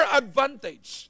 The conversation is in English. advantage